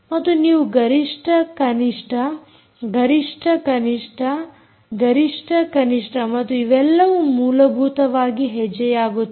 ಮತ್ತು ನೀವು ಗರಿಷ್ಠ ಕನಿಷ್ಠ ಗರಿಷ್ಠ ಕನಿಷ್ಠ ಗರಿಷ್ಠ ಕನಿಷ್ಠ ಮತ್ತು ಇವೆಲ್ಲವೂ ಮೂಲಭೂತವಾಗಿ ಹೆಜ್ಜೆಯಾಗುತ್ತದೆ